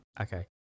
Okay